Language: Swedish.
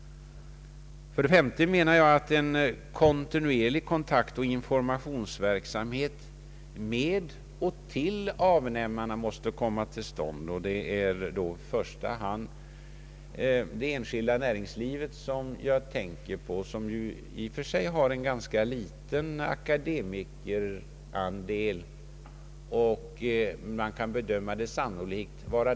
För det femte menar jag att en kontinuerlig kontaktoch informationsverksamhet med och till avnämarna bör komma till stånd. Jag tänker då i första hand på det enskilda näringsiivet, som i och för sig har en ganska liten andel akademiker bland sina anställda.